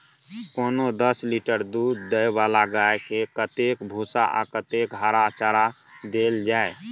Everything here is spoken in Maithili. कोनो दस लीटर दूध दै वाला गाय के कतेक भूसा आ कतेक हरा चारा देल जाय?